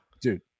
dude